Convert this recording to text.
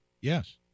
Yes